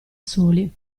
soli